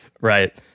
Right